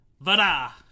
Vada